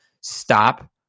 Stop